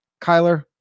kyler